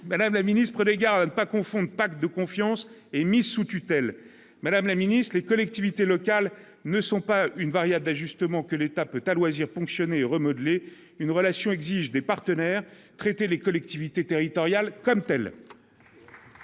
madame la ministre, les gare à ne pas confondre pas de confiance et une mise sous tutelle, Madame la Ministre, les collectivités locales ne sont pas une variable d'ajustement que l'État peut à loisir ponctionner remodeler une relation exige des partenaires traiter les collectivités territoriales comme telle.